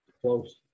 close